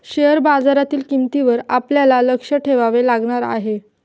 share बाजारातील किंमतींवर आपल्याला लक्ष ठेवावे लागणार आहे